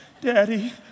Daddy